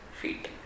feet